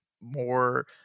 more